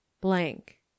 blank